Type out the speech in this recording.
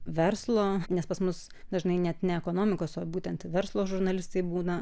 verslo nes pas mus dažnai net ne ekonomikos o būtent verslo žurnalistai būna